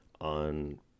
on